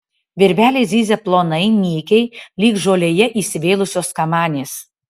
virvelės zyzia plonai nykiai lyg žolėje įsivėlusios kamanės